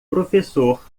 professor